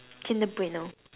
kinder-Bueno